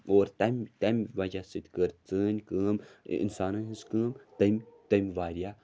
اور تَمہِ تَمہِ وَجَہ سۭتۍ کٔر سٲنۍ کٲم اِنسانَن ہِنٛز کٲم تٔمۍ تٔمۍ واریاہ